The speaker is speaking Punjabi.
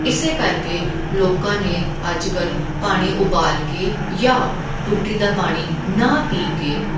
ਇਸੇ ਕਰਕੇ ਲੋਕਾਂ ਨੇ ਅੱਜ ਕੱਲ੍ਹ ਪਾਣੀ ਉਬਾਲ ਕੇ ਜਾਂ ਟੂਟੀ ਦਾ ਪਾਣੀ ਨਾ ਪੀ ਕੇ